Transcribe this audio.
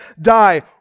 die